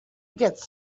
gets